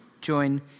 join